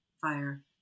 fire